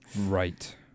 Right